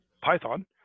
Python